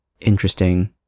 Interesting